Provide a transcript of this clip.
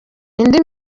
indi